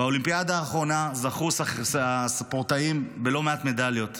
באולימפיאדה האחרונה זכו הספורטאים בלא מעט מדליות.